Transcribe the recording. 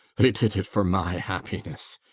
they did it for my happiness!